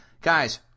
guys